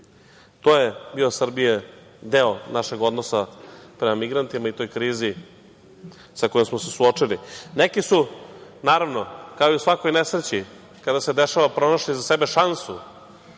To je deo Srbije, deo našeg odnosa prema migrantima i toj krizi sa kojom smo se suočili. Neki su, naravno, kao i u svakoj nesreći kada se dešava, pronašli za sebe šansu